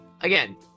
again